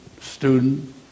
student